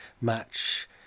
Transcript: match